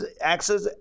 access